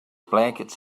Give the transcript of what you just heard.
blankets